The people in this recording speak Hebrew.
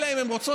ואם הן רוצות,